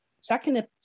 second